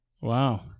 Wow